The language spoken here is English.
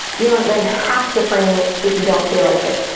you don't then have to frame it if you don't feel like it.